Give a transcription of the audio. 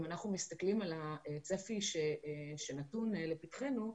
אם אנחנו מסתכלים על הצפי שנתון לפתחנו,